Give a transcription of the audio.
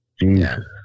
Jesus